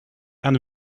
and